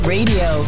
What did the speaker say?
Radio